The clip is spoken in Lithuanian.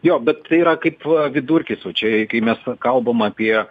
jo bet tai yra kaip vidurkis o čia kai mes kalbam apie